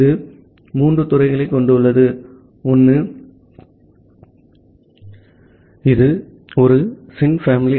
இது இந்த மூன்று துறைகளைக் கொண்டுள்ளது ஒன்று sin பேமிலி